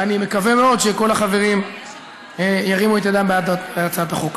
אני מקווה מאוד שכל החברים ירימו את ידם בעד הצעת החוק.